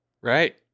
Right